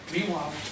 Meanwhile